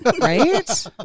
right